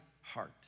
heart